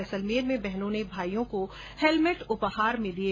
जैसलमेर में बहनों ने भाईयों को हेल्मेट उपहार में दिये